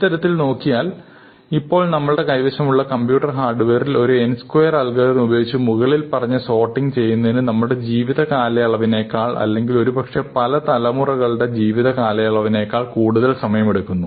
ഇത്തരത്തിൽ നോക്കിയാൽ ഇപ്പോൾ നമുടെ കൈവശമുള്ള ഉള്ള കമ്പ്യൂട്ടർ ഹാർഡ്വെയറിൽ ഒരു n സ്ക്വയർ അൽഗോരിതം ഉപയോഗിച്ച് മുകളിൽ പറഞ്ഞ സോർട്ടിങ് ചെയ്യുന്നത് നമ്മുടെ ജീവിതകാലയളവിനേക്കാൾ അല്ലെങ്കിൽ ഒരുപക്ഷേ പല തലമുറകളുടെ ജീവിതകാലയളവിനേക്കാൾ കൂടുതൽ സമയം എടുക്കുന്നു